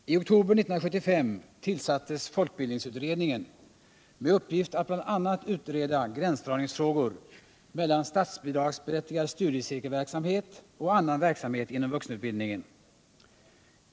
Herr talman! I oktober 1975 tillsattes folkbildningsutredningen med uppgift att bl.a. utreda gränsdragningsfrågor mellan statsbidragsberättigad studiecirkelverksamhet och annan verksamhet inom vuxenutbildningen.